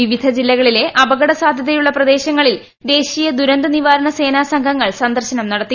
വിവിധ ജില്ലകളിലെ അപകട സാധൃതയുള്ള പ്രദേശങ്ങളിൽ ദേശീയ ദുരന്ത നി്വാരണ സേനാ സംഘങ്ങൾ സന്ദർശനം നടത്തി